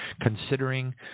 considering